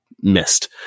missed